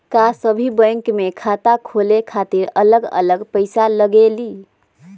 का सभी बैंक में खाता खोले खातीर अलग अलग पैसा लगेलि?